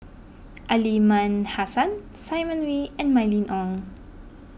Aliman Hassan Simon Wee and Mylene Ong